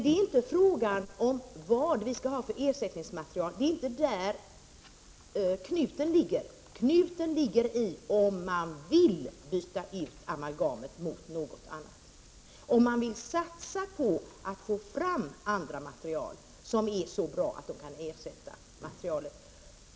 Det är här inte fråga om vad vi skall ha för ersättningsmaterial. Det är inte där knuten ligger. Knuten ligger i frågan om man vill byta ut amalgamet mot något annat, om man vill satsa på att få fram andra material som är så bra att de kan ersätta amalgamet.